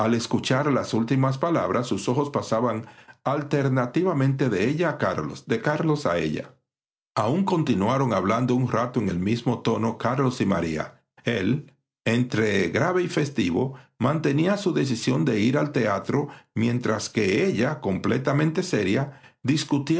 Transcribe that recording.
escuchar las últimas palabras sus ojos pasaban alternativamente de ella a carlos aun continuaron hablando un rato en el mismo tono carlos y maría él entre grave y festivo mantenía su decisión de ir al teatro mientras que ella completamente seria discutía